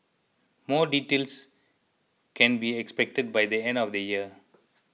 more details can be expected by the end of the year